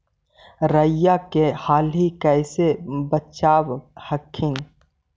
राईया के लाहि कैसे बचाब हखिन?